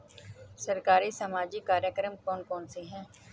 सरकारी सामाजिक कार्यक्रम कौन कौन से हैं?